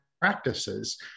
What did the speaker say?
practices